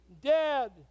dead